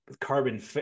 carbon